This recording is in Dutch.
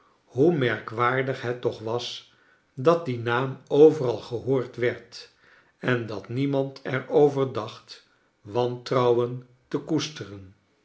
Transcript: hoe morkwaardig het toch was dat die naam overal gehoord werd en dat niemand er over dacht wantrouwen te koesteren